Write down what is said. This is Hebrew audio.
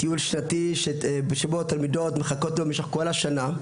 טיול שאליו חיכו התלמידות במשך כל השנה.